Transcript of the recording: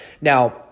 Now